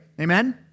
Amen